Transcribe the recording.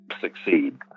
succeed